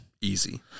Easy